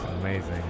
Amazing